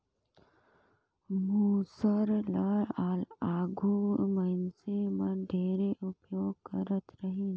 मूसर ल आघु मइनसे मन ढेरे उपियोग करत रहिन